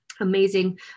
Amazing